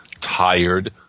tired